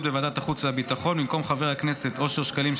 בוועדת החוץ והביטחון: במקום חבר הכנסת אושר שקלים,